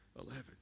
Eleven